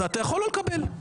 אתה יכול לא לקבל.